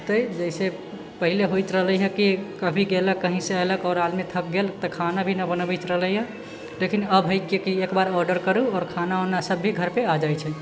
होतै जैसे पहिले होयत रहलै हँ कि कभी गेलक कहीँ से ऐलक आओर आदमी थक गेल तऽ खाना भी नहि बनबैत रहलैया लेकिन अब हइ कि एकबार ऑर्डर करूँ आओर खाना ओना सबे घर पर आ जाइत छै